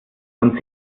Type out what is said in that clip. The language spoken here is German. und